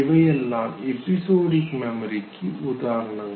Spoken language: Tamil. இவையெல்லாம் எபிசோட்டிக் மெமரிக்கு உதாரணங்கள்